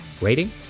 rating